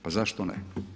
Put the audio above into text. Pa zašto ne.